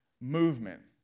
movement